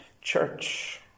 church